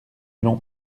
long